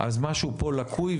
אז משהו פה לקוי,